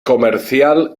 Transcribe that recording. comercial